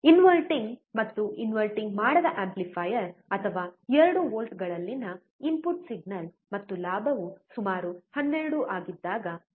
inverting ಮತ್ತು inverting ಮಾಡದ amplifier ಅಥವಾ 2 ವೋಲ್ಟ್ಗಳಲ್ಲಿನ ಇನ್ಪುಟ್ ಸಿಗ್ನಲ್ ಮತ್ತು ಲಾಭವು ಸುಮಾರು 12 ಆಗಿದ್ದಾಗ